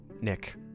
Nick